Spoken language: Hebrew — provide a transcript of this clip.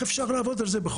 איך אפשר לעבוד על זה?